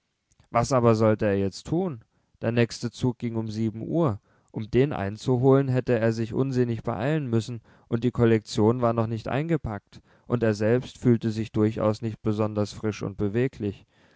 was aber sollte er jetzt tun der nächste zug ging um sieben uhr um den einzuholen hätte er sich unsinnig beeilen müssen und die kollektion war noch nicht eingepackt und er selbst fühlte sich durchaus nicht besonders frisch und beweglich